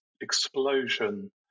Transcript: explosion